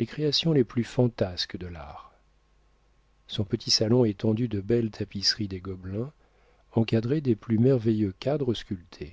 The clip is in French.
les créations les plus fantasques de l'art son petit salon est tendu de belles tapisseries des gobelins encadrées des plus merveilleux cadres sculptés